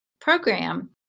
program